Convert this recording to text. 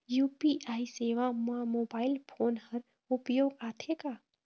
UPI सेवा म mobile phone हर उपयोग आथे का?